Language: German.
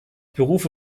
berufe